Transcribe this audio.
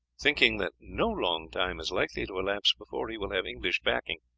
thinking that no long time is likely to elapse before he will have english backing,